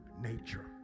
nature